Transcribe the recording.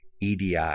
EDI